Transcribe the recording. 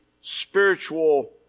spiritual